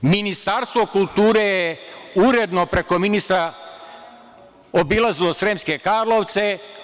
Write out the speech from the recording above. Ministarstvo kulture je uredno preko ministra obilazilo Sremske Karlovce.